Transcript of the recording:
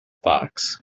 box